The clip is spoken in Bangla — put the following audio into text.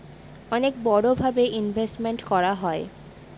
অনেক বড়ো ভাবে ইনভেস্টমেন্ট করা হয়